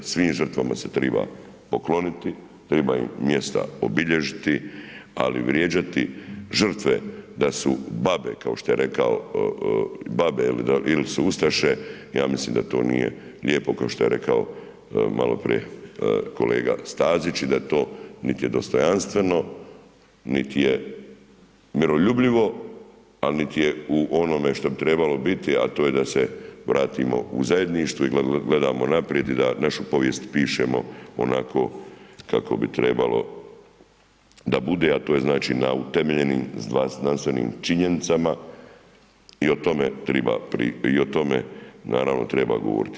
Svim žrtvama se treba pokloniti, treba im mjesta obilježiti ali vrijeđati žrtve da su babe kao što rekao ili su ustaše, ja mislim da to nije lijepo kao što je rekao maloprije Kolega Stazić i da to nit je dostojanstveno niti je miroljubivo a niti je u onome što bi trebalo biti a to je da se vratimo u zajedništvo i da gledamo naprijed i da našu povijest pišemo onako kako bi trebalo da bude a to je znači na utemeljenim znanstvenim činjenicama i o tome naravno treba govoriti.